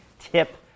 tip